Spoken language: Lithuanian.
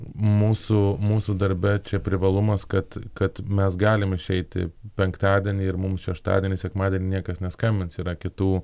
mūsų mūsų darbe čia privalumas kad kad mes galim išeiti penktadienį ir mum šeštadienį sekmadienį niekas neskambins yra kitų